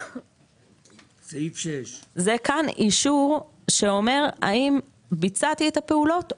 סעיף 6. זה אישור שאומר האם ביצעתי את הפעולות,